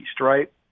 right